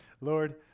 Lord